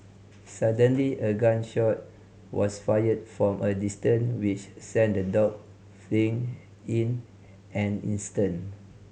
suddenly a gun shot was fired from a distance which sent the dog fleeing in an instant